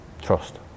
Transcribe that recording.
trust